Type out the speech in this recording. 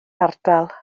ardal